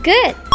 Good